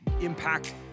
impact